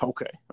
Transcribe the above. Okay